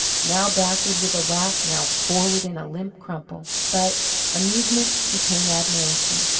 now backward with a whack, now forward in a limp crumple. but amusement became admiration.